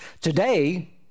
Today